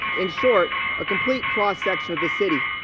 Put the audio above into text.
in short, a complete cross section of the city.